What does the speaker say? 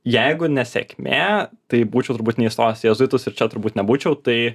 jeigu nesėkmė tai būčiau turbūt neįstojęs į jėzuitus ir čia turbūt nebūčiau tai